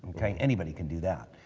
anybody can do that.